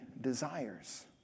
desires